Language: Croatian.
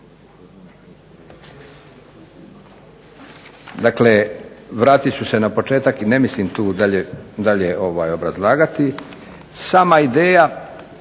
Dakle, vratit ću se na početak i ne mislim tu dalje obrazlagati. Sama ideja